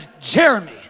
Jeremy